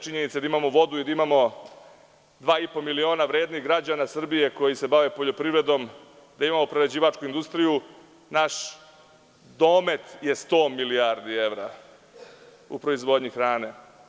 Činjenica da imamo vodu, da imamo dva i po miliona vrednih građana Srbije koje se bave poljoprivredom, da imamo prerađivačku industriju, naš domet je sto milijardi evra u proizvodnji hrane.